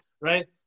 right